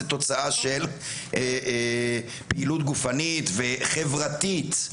זה תוצאה של פעילות גופנית וחברתית,